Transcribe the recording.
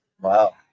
Wow